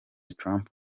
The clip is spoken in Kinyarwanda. trump